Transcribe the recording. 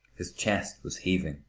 his chest was heaving.